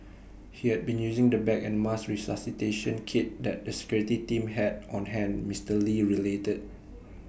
he had been using the bag and mask resuscitation kit that the security team had on hand Mister lee related